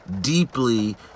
deeply